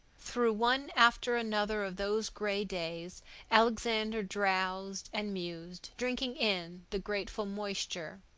through one after another of those gray days alexander drowsed and mused, drinking in the grateful moisture.